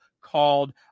called